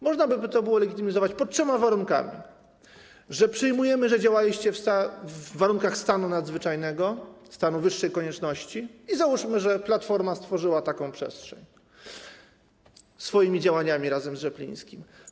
Można by było to legitymizować pod trzema warunkami: że przyjmujemy, że działaliście w warunkach stanu nadzwyczajnego, stanu wyższej konieczności i załóżmy, że Platforma stworzyła taką przestrzeń swoimi działaniami razem z Rzeplińskim.